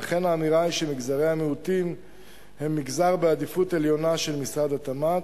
ולכן האמירה היא שמגזרי המיעוטים הם מגזר בעדיפות עליונה של משרד התמ"ת,